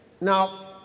now